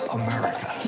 america